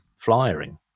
flyering